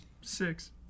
Six